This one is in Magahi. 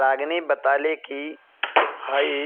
रागिनी बताले कि वई